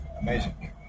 Amazing